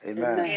Amen